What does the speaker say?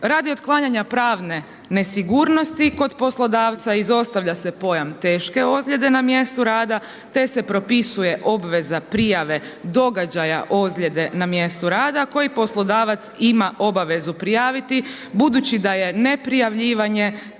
Radi otklanjanja pravne nesigurnosti kod poslodavca izostavlja se pojam teške ozljede na mjestu rada te se propisuje obveza prijave događaja na mjestu rada koji poslodavac ima obavezu prijaviti budući da je neprijavljivanje